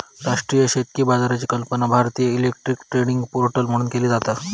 राष्ट्रीय शेतकी बाजाराची कल्पना भारतीय इलेक्ट्रॉनिक ट्रेडिंग पोर्टल म्हणून केली जाता